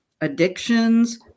addictions